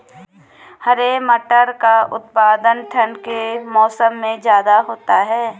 हरे मटर का उत्पादन ठंड के मौसम में ज्यादा होता है